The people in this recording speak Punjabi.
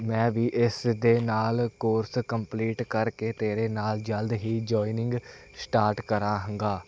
ਮੈਂ ਵੀ ਇਸ ਦੇ ਨਾਲ ਕੋਰਸ ਕੰਪਲੀਟ ਕਰਕੇ ਤੇਰੇ ਨਾਲ ਜਲਦ ਹੀ ਜੋਇਨਿੰਗ ਸਟਾਰਟ ਕਰਾਂਗਾ